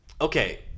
Okay